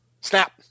snap